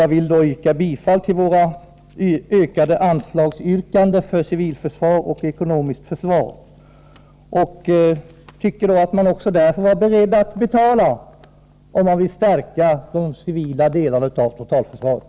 Jag vill då yrka bifall till våra ökade anslagsyrkanden för civilförsvaret och det ekonomiska försvaret. Jag tycker att man också där får vara beredd att betala om man vill stärka de civila delarna av totalförsvaret.